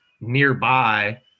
nearby